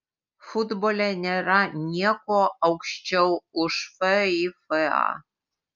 futbole nėra nieko aukščiau už fifa